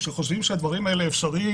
שחושבים שהדברים האלה האפשריים